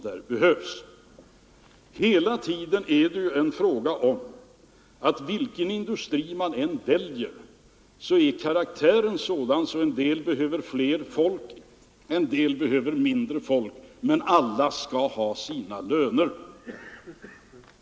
De anställdas löner måste betalas oavsett om industrin behöver mer eller mindre folk.